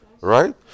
Right